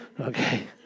Okay